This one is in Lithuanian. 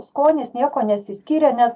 skonis niekuo nesiskyrė nes